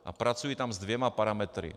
A pracuji tam s dvěma parametry.